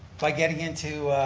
by getting into,